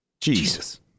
Jesus